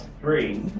three